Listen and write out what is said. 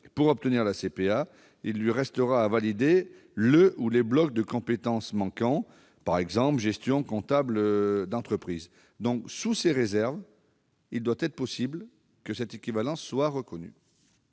Pour obtenir la CPA, il lui restera à valider le ou les blocs de compétences manquants, par exemple celui portant sur la gestion comptable d'entreprise. Sous ces réserves, il doit être possible que l'équivalence soit reconnue.